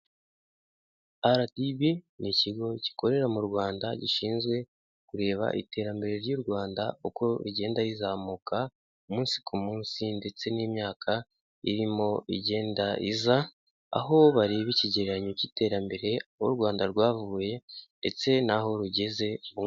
RDB ni ikigo gikorera mu Rwanda gishinzwe kureba iterambere ry'u Rwanda uko rigenda rizamuka, umunsi ku munsi ndetse n'imyaka irimo igenda iza, aho bareba ikigereranyo cy'iterambere aho u Rwanda rwavuye ndetse n'aho rugeze ubu.